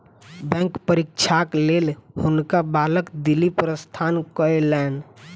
bank परीक्षाक लेल हुनका बालक दिल्ली प्रस्थान कयलैन